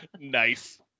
Nice